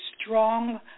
strong